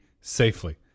safely